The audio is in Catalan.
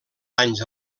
anys